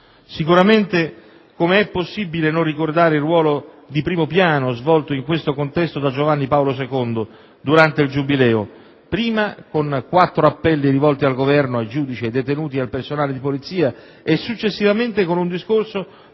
il nostro. Come è possibile non ricordare il ruolo di primo piano svolto in questo contesto da Giovanni Paolo II durante il Giubileo, prima con quattro appelli rivolti al Governo, ai giudici, ai detenuti e al personale di polizia e successivamente con un discorso